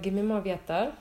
gimimo vieta